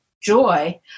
joy